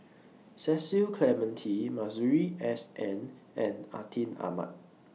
Cecil Clementi Masuri S N and Atin Amat